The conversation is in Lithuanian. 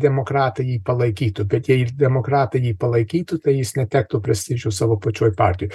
demokratai palaikytų bet jei ir demokratai jį palaikytų tai jis netektų prestižo savo pačioj partijoj